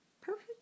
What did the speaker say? perfect